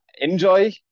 Enjoy